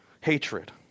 Hatred